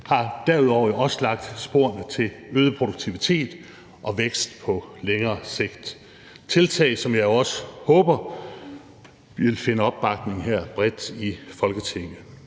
har derudover også lagt sporene til øget produktivitet og vækst på længere sigt. Det er tiltag, som jeg også håber vil finde opbakning bredt her i Folketinget.